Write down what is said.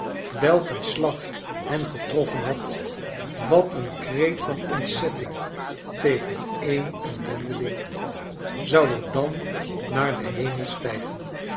een slag hen getroffen had wat een kreet van ontzetting tegen een ellendeling zou er dan naar den hemel stijgenl